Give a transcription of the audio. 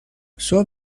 صبح